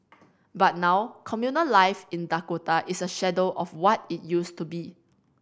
but now communal life in Dakota is a shadow of what it used to be